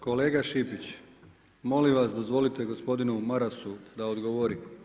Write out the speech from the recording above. Kolega Šipić, molim vas, dozvolite gospodinu Marasu da odgovori.